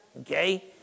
Okay